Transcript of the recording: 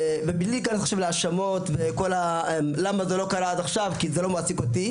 בלי להיכנס להאשמות ולמה זה לא קרה עד עכשיו כי זה לא מעסיק אותי